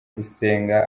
gusenga